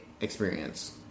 experience